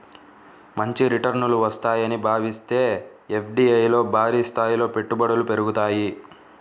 మంచి రిటర్నులు వస్తాయని భావిస్తే ఎఫ్డీఐల్లో భారీస్థాయిలో పెట్టుబడులు పెరుగుతాయి